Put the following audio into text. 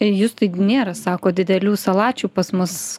justai gi nėra sako didelių salačių pas mus